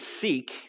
seek